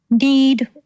need